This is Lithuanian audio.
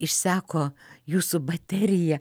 išseko jūsų baterija